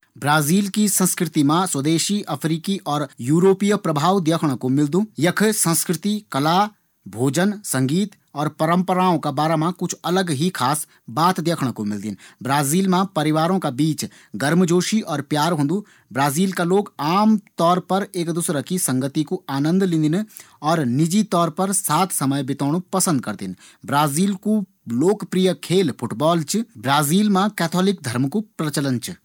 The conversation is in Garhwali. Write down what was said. ब्राजील की संस्कृति मा स्वदेशी, अफ्रीकी और यूरोपिय प्रभाव देखणा कू मिलदू। यख संस्कृति, कला, भोजन, संगीत और परंपराओं का बारा मा अलग ही खास बात देखणा कू मिलदी। ब्राजील मा परिवारों का बीच गर्मजोशी और प्यार होन्दु। ब्राजील का लोग आमतौर पर एक दूसरा की संगती कू आनंद लेंदिन। और निजी तौर पर साथ समय बितोणु पसंद करदिन। ब्राजील कू लोकप्रिय खेल फुटबॉल च। ब्राजील मा कैथोलिक धर्म कू प्रचलन च।